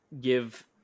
give